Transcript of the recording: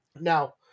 Now